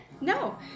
No